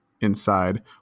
inside